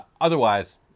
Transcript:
Otherwise